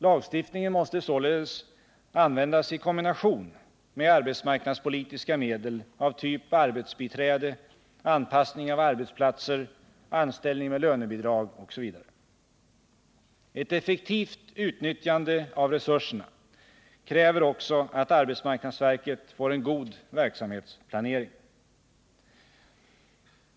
Lagstiftningen måste således användas i kombination med arbetsmarknadspolitiska medel av typ arbetsbiträde, anpassning av arbetsplatser, anställning med lönebidrag, osv. Ett effektivt utnyttjande av resurserna kräver också att arbetsmarknadsverket får en god verksamhetsplanering.